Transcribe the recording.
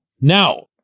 Now